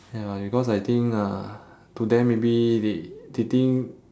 ya because I think uh to them maybe they they think